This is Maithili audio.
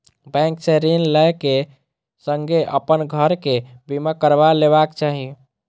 बैंक से ऋण लै क संगै अपन घर के बीमा करबा लेबाक चाही